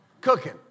cooking